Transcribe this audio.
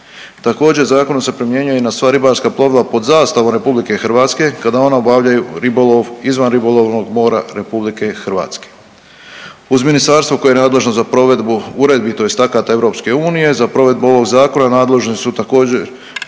Također zakonom se primjenjuje na sva ribarska plovila pod zastavom RH kada one obavljaju ribolov izvan ribolovnog mora RH. Uz ministarstvo koje je nadležno za provedbu uredbi tj. akata EU za provedbu ovog zakona nadležne su također